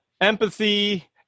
empathy